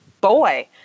boy